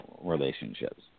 relationships